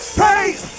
praise